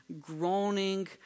groaning